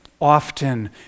often